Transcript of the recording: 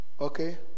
Okay